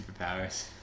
superpowers